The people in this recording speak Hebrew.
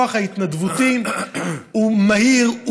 הכוח ההתנדבותי הוא מהיר,